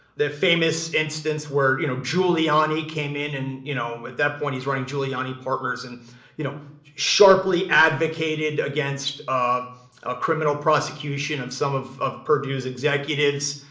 that famous instance where you know giuliani came in. and you know, at that point he's running giuliani partners and you know sharply advocated against ah criminal prosecution of some of of purdue's executives.